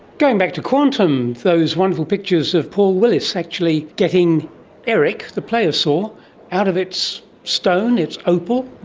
going back to quantum, those wonderful pictures of paul willis actually getting eric the pliosaur out of its stone, its opal.